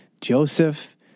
Joseph